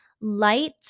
light